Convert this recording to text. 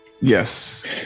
Yes